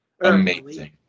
Amazing